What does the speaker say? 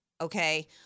okay